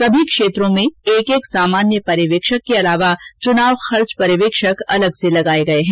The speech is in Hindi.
सभी क्षेत्रों में एक एक सामान्य पर्यवेक्षक के अलावा चुनाव खर्च पर्यवेक्षक अलग से लगाये गये हैं